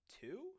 two